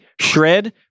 Shred